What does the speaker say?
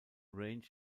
range